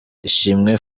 ishimwe